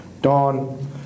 Dawn